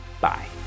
Bye